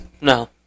No